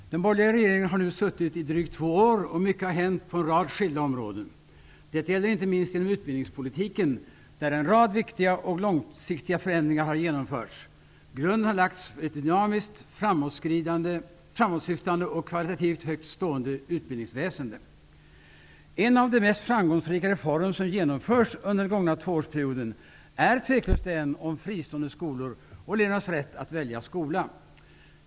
Herr talman! Den borgerliga regeringen har nu suttit i drygt två år, och mycket har hänt på en rad skilda områden. Detta gäller inte minst inom utbildningspolitiken, där en rad viktiga och långsiktiga förändringar har genomförts. Grunden har lagts för ett dynamiskt, framåtsyftande och kvalitativt högt stående utbildningsväsende. En av de mest framgångsrika reformer som genomförts under den gångna tvåårsperioden är otvivelaktigt den om fristående skolor och elevernas rätt att välja skola.